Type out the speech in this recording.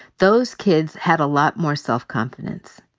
those kids had a lot more self-confidence.